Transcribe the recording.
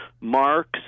marks